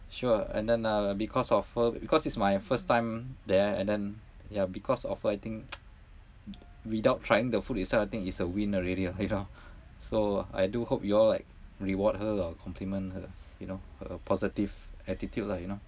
sure and then uh because of her because it's my first time there and then yeah because of her I think without trying the food itself I think it's a win already lah uh you know so I do hope you all like reward her or compliment her you know her positive attitude lah you know